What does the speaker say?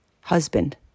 Husband